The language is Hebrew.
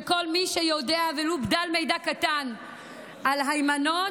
וכל מי שיודע ולו בדל מידע קטן על היימנוט,